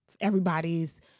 everybody's